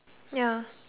ya